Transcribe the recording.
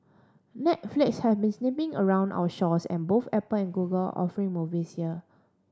Netflix has been sniffing around our shores and both Apple and Google are offering movies here